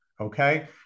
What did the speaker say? Okay